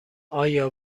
آیا